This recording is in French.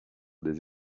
des